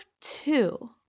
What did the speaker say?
two